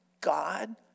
God